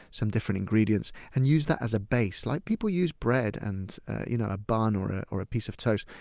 so different ingredients, and use that as a base. like people use bread or and you know a bun or ah or a piece of toast,